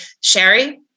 Sherry